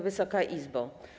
Wysoka Izbo!